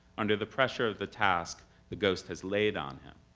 under the pressure of the task the ghost has laid on him.